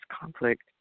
conflict